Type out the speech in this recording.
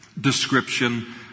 description